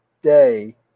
day